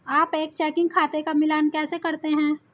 आप एक चेकिंग खाते का मिलान कैसे करते हैं?